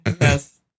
Yes